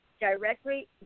directly